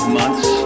months